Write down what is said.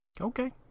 Okay